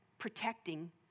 protecting